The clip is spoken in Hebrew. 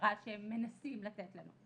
ההכשרה שהם מנסים לתת לנו.